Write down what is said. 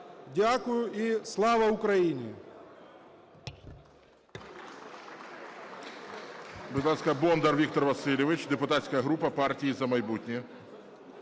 Дякую і Слава Україні!